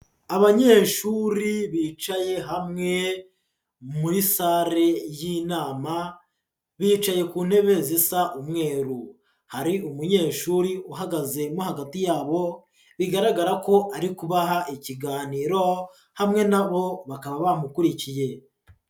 Abanyeshuri bicaye hamwe muri sale y'inama bicaye ku ntebe zisa umweru, hari umunyeshuri uhagazemo hagati yabo, bigaragara ko ari kubaha ikiganiro hamwe nabo bakaba bamukurikiye.